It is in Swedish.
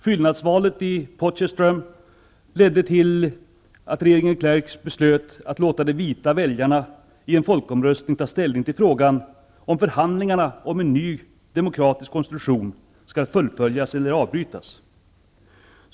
Fyllnadsvalet i Potchefstroom ledde till att regeringen de Klerk beslöt att låta de vita väljarna i en folkomröstning ta ställning till frågan om förhandlingarna om en ny demokratisk konstitution skall fullföljas eller avbrytas.